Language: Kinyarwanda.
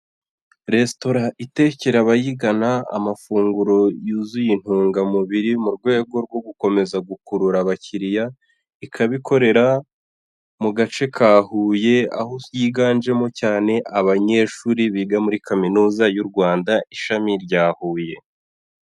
Restaurant itekera abayigana amafunguro yuzuye intungamubiri mu rwego rwo gukomeza gukurura abakiriya, ikaba ikorera mu gace ka Huye aho yiganjemo cyane abanyeshuri biga muri kaminuza y'u Rwanda, ishami rya Huye.